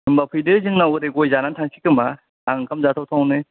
होमबा फैदो जोंनाव ओरै गय जानानै थांसै खोमा आं ओंखाम जाथावथाव नो